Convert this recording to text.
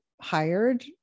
hired